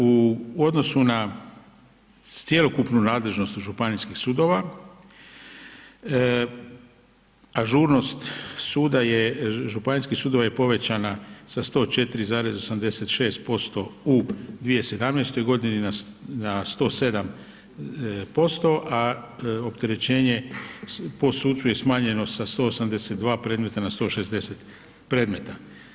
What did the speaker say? U odnosu na cjelokupnu nadležnost županijskih sudova, ažurnost suda je, županijskih sudova je povećana sa 104,86% u 2017. godini na 107%, a opterećenje po sucu je smanjeno sa 182 predmeta na 160 predmeta.